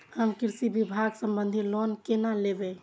हम कृषि विभाग संबंधी लोन केना लैब?